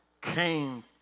came